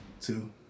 two